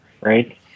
Right